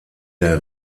der